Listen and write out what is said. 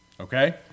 Okay